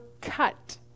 cut